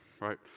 right